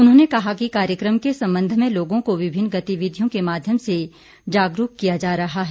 उन्होने कहा कि कार्यक्रम के संबंध मे लोगों को विभिन्न गतिविधियों के माध्यम से जागरूक किया जा रहा है